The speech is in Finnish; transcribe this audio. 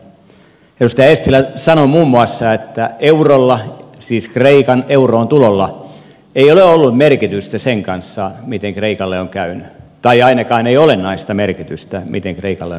edustaja eestilä sanoi muun muassa että eurolla siis kreikan euroon tulolla ei ole ollut merkitystä sen kanssa miten kreikalle on käynyt tai ainakaan ei olennaista merkitystä miten kreikalle on käynyt